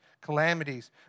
calamities